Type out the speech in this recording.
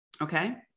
Okay